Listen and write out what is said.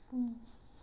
mm